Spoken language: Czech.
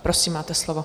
Prosím, máte slovo.